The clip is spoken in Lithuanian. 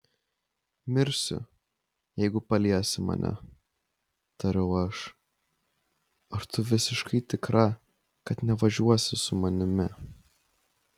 mirsiu jeigu paliesi mane tariau aš ar tu visiškai tikra kad nevažiuosi su manimi